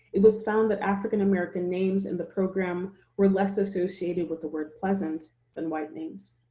it was found that african-american names in the program were less associated with the word pleasant than white names.